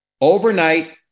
overnight